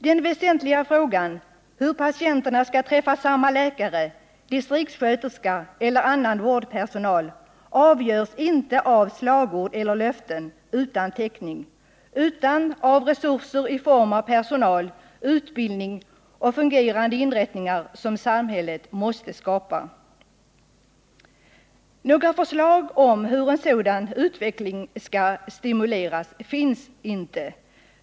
Den väsentliga frågan hur patienterna skall träffa samma läkare, distriktssköterska eller annan vårdpersonal avgörs inte av slagord eller löften utan täckning — den avgörs i stället av resurser i form av personal, utbildning och fungerande inrättningar som samhället måste skapa. Några förslag om hur en sådan utveckling skall stimuleras finns inte.